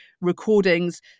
recordings